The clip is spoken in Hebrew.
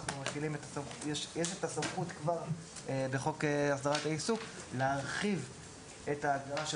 כבר יש את הסמכות בחוק הסדרת העיסוק להרחיב את ההגדרה של